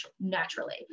naturally